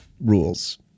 rules